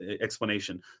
explanation